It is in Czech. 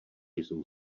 jsou